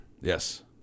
Yes